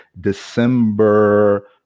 December